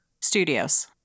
Studios